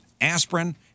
aspirin